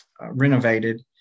renovated